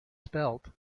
spelt